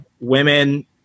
women –